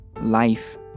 life